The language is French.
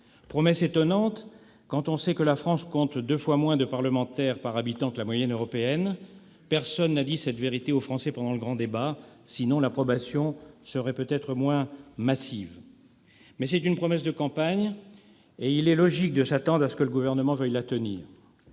promesse étonnante, quand on sait que la France compte deux fois moins de parlementaires par habitant que la moyenne européenne. Très juste ! Personne n'a dit cette vérité aux Français pendant le grand débat ; dans le cas contraire, l'approbation serait peut-être moins massive. Mais c'est une promesse de campagne, et il est logique de s'attendre à ce que le Gouvernement veuille la tenir.